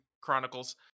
chronicles